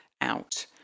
out